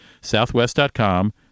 southwest.com